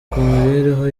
mibereho